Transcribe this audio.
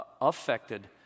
affected